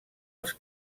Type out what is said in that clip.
els